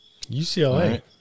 UCLA